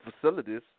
Facilities